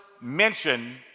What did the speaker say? mention